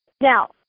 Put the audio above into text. now